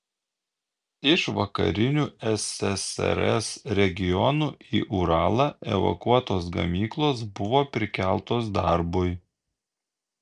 iš vakarinių ssrs regionų į uralą evakuotos gamyklos buvo prikeltos darbui